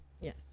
yes